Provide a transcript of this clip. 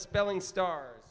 spelling star